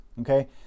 okay